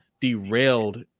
derailed